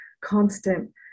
constant